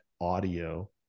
audio